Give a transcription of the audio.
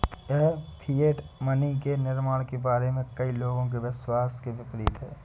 यह fiat money के निर्माण के बारे में कई लोगों के विश्वास के विपरीत है